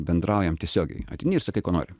bendraujam tiesiogiai ateini ir sakai ko nori